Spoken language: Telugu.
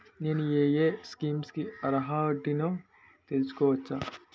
నేను యే యే స్కీమ్స్ కి అర్హుడినో తెలుసుకోవచ్చా?